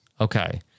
Okay